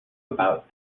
about